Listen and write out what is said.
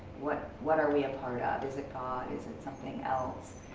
what what are we a part of? is it god is it something else?